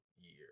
year